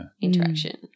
interaction